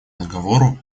договору